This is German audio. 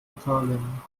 italien